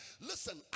listen